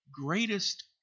greatest